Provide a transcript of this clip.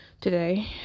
today